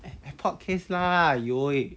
air~ airport case lah !aiyo! eh